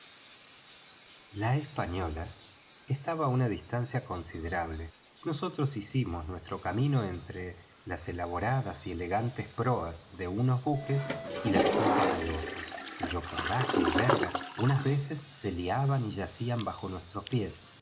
la española estaba á una distancia considerable y nosotros hicimos nuestro camino entre las elaboradas y elegantes proas de unos buques y las popas de otros cuyo cordaje y vergas unas veces se liaban y yacían bajo nuestros pies